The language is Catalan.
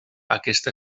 aquesta